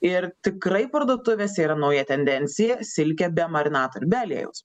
ir tikrai parduotuvėse yra nauja tendencija silkė be marinato ir be aliejaus